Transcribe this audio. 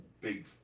big